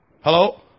Hello